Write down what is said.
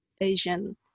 Asian